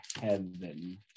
heaven